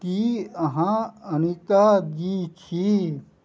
कि अहाँ अनिताजी छी